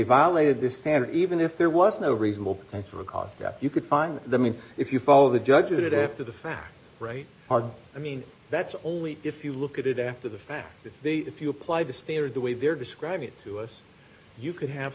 violated this standard even if there was no reasonable chance for a cough that you could find the mean if you follow the judge it after the fact right hard i mean that's only if you look at it after the fact if they if you apply the standard the way they're describing it to us you could have